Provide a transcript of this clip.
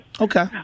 Okay